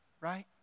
right